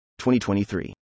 2023